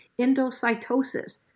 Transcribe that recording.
endocytosis